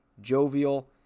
jovial